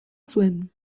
zuen